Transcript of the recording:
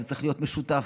זה צריך להיות דבר משותף,